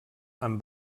amb